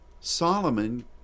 Solomon